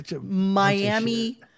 Miami